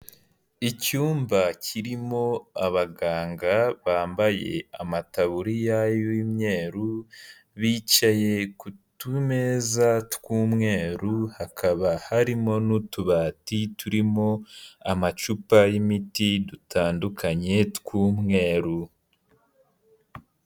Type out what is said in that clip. Icyumba kirimo abaganga bambaye amataburiya y'imyeru bicaye ku tumeza tw'umweru hakaba harimo n'utubati turimo amacupa y'imiti dutandukanye tw'umweru.